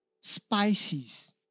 spices